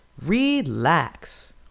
relax